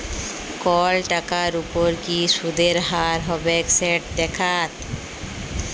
call টাকার উপর কি সুদের হার হবেক সেট দ্যাখাত